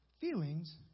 feelings